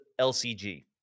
LCG